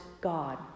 God